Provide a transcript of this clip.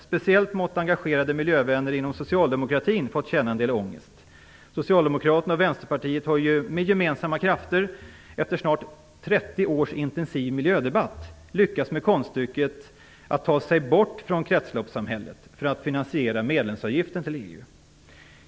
Speciellt måtte engagerade miljövänner inom socialdemokratin ha känt en del ångest. Socialdemokraterna och Vänsterpartiet har ju med gemensamma krafter - efter snart 30 års intensiv miljödebatt - lyckats med konststycket att ta steg bort från kretsloppssamhället för att finansiera medlemsavgiften till EU.